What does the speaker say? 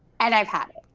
and i've had it.